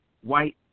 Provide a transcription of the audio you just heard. white